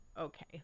Okay